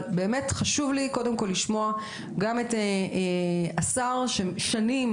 אבל באמת חשוב לי קודם כל לשמוע גם את השר שכבר שנים